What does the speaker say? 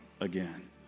again